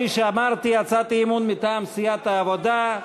כפי שאמרתי, הצעת אי-אמון מטעם סיעת העבודה.